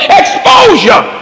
exposure